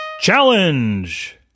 Challenge